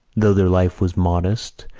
though their life was modest,